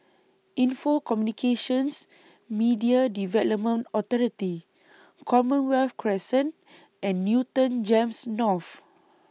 Info Communications Media Development Authority Commonwealth Crescent and Newton Gems North